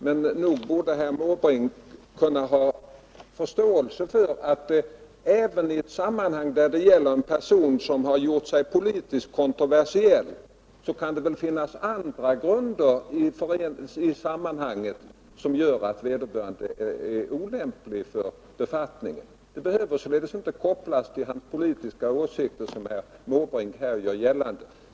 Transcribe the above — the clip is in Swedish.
Men ning nog borde herr Måbrink kunna ha förståelse för att även i ett sammanhang, där det gäller en person som har gjort sig politiskt kontroversiell, kan finnas andra grunder som gör att vederbörande är olämplig för en viss befattning. Det behöver således inte kopplas till hans politiska åsikter, som herr Måbrink här gör gällande.